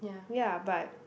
ya but